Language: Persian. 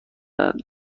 مشاهده